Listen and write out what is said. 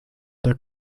der